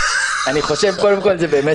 אני חושב קודם כול שזאת באמת פנייה נרגשת.